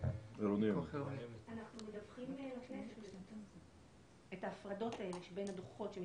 אנחנו מדווחים לכנסת את ההפרדות האלה שבין הדוחות שמתבצעים.